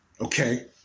okay